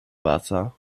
wasser